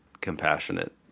compassionate